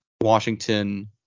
Washington